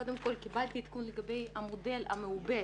קודם כל קיבלתי עדכון לגבי המודל המעובה